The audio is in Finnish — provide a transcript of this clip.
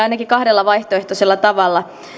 ainakin kahdella vaihtoehtoisella tavalla